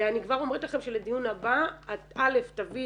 ואני כבר אומרת לכם שלדיון הבא את א' תביאי